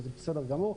וזה בסדר גמור.